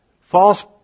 False